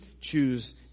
choose